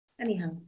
anyhow